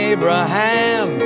Abraham